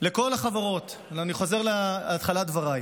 לכל החברות, אני חוזר לתחילת דבריי,